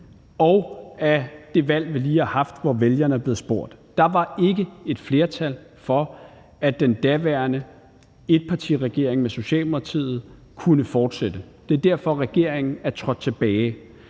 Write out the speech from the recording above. af det valg, vi lige har haft, hvor vælgerne er blevet spurgt. Der var ikke flertal for, at den daværende etpartiregering med Socialdemokratiet kunne fortsætte. Det er derfor, regeringen er trådt tilbage.